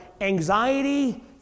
anxiety